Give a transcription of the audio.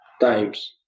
times